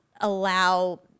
allow